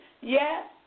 Yes